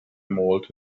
malt